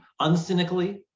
uncynically